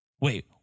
Wait